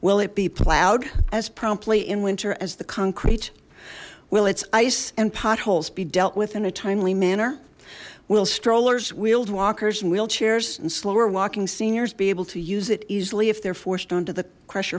will it be plowed as promptly in winter as the concrete will it's ice and potholes be dealt with in a timely manner will strollers wheeled walkers and wheelchairs and slower walking seniors be able to use it easily if they're forced onto the crush